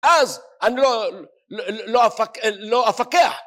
אז! אני לא... ל... לא אפ... לא אפקח!